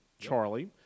Charlie